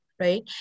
right